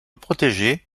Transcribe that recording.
protéger